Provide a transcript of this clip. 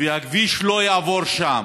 והכביש לא יעבור שם.